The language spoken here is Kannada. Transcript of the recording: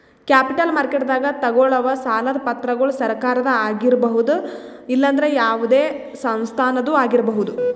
ಕ್ಯಾಪಿಟಲ್ ಮಾರ್ಕೆಟ್ದಾಗ್ ತಗೋಳವ್ ಸಾಲದ್ ಪತ್ರಗೊಳ್ ಸರಕಾರದ ಆಗಿರ್ಬಹುದ್ ಇಲ್ಲಂದ್ರ ಯಾವದೇ ಸಂಸ್ಥಾದ್ನು ಆಗಿರ್ಬಹುದ್